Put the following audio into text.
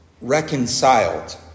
reconciled